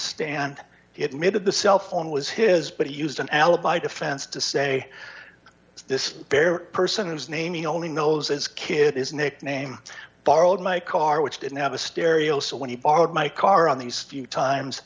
stand it made the cell phone was his but he used an alibi defense to say this bare person whose name he only knows his kid is nickname borrowed my car which didn't have a stereo so when he borrowed my car on these few times